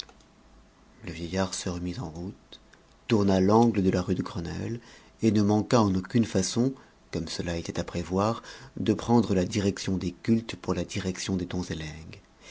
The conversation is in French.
le vieillard se remit en route tourna l'angle de la rue de grenelle et ne manqua en aucune façon comme cela était à prévoir de prendre la direction des cultes pour la direction des